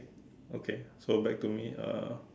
okay so back to me uh